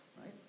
right